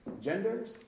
genders